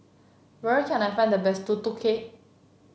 where can I find the best Tutu Kueh